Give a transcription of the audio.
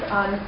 on